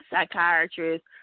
psychiatrist